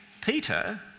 Peter